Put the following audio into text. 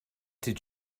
did